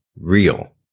real